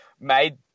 made